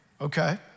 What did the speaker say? Okay